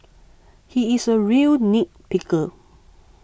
he is a real nitpicker